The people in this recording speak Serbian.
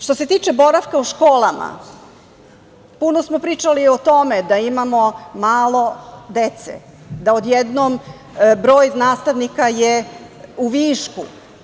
Što se tiče boravka u školama, puno smo pričali o tome da imamo malo dece, da odjednom broj nastavnika je u višku.